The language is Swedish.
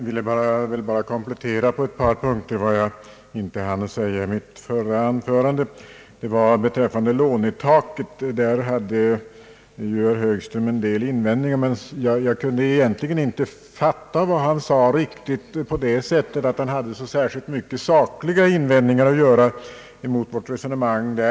Herr talman! Jag vill på ett par punkter komplettera mitt tidigare anförande. Beträffande lånetaket gjorde herr Högström en del invändningar mot vårt resonemang, men jag kunde egentligen inte uppfatta hans yttrande så, att han hade så särskilt mycket sakliga invändningar mot vårt resonemang.